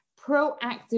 proactive